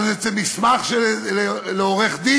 על איזה מסמך לעורך-דין,